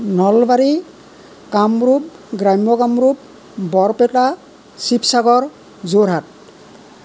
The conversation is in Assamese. নলবাৰী কামৰূপ গ্ৰাম্য কামৰূপ বৰপেটা ছিপছাগৰ যোৰহাট